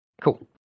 Cool